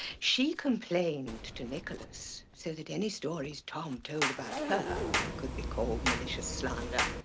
she complained to nicholas so that any stories tom told about her could be called malicious slander.